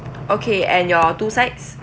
okay and your two sides